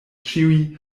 ĉiuj